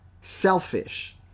selfish